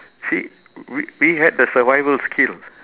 see we we had the survival skill